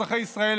אזרחי ישראל,